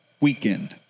weekend